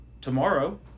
tomorrow